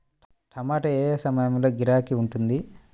టమాటా ఏ ఏ సమయంలో గిరాకీ ఉంటుంది?